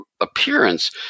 appearance